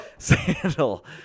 sandal